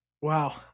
Wow